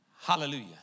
Hallelujah